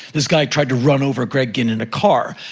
this guy tried to run over greg ginn in a car,